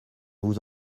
vous